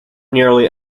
nearly